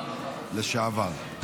לשעבר,